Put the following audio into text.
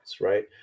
right